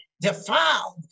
defiled